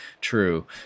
true